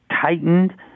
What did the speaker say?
tightened